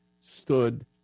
stood